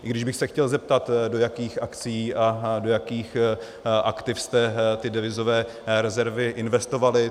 I když bych se chtěl zeptat, do jakých akcií a do jakých aktiv jste ty devizové rezervy investovali.